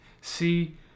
See